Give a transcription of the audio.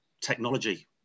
technology